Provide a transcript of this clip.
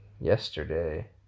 yesterday